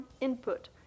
input